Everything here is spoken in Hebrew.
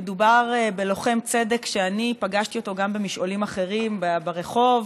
מדובר בלוחם צדק שפגשתי גם במשעולים אחרים, ברחוב,